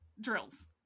Drills